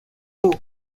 two